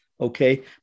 okay